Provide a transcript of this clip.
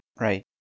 Right